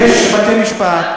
יש בתי-משפט.